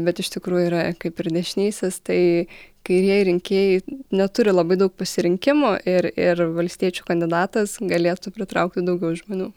bet iš tikrųjų yra kaip ir dešinysis tai kairieji rinkėjai neturi labai daug pasirinkimų ir ir valstiečių kandidatas galėtų pritraukti daugiau žmonių